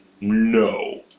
no